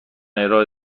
ارائه